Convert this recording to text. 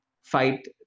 fight